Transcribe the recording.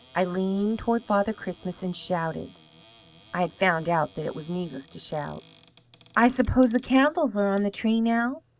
i leaned toward father christmas, and shouted i had found out that it was needful to shout i suppose the candles are on the tree now